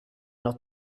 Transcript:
not